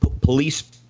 police